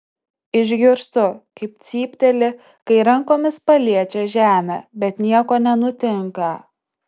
išgirstu kaip cypteli kai rankomis paliečia žemę bet nieko nenutinka